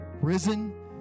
risen